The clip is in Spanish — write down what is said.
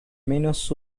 menos